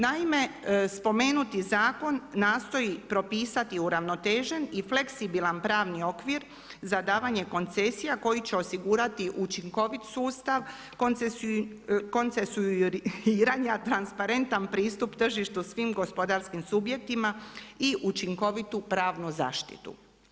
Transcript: Naime, spomenuti zakon nastoji propisati uravnotežen i fleksibilan pravni okvir za davanje koncesija koji će osigurati učinkovit sustav, koncesuiranja, transparentan pristup tržištu svim gospodarskim subjektima i učinkovitu pravnu zaštitu.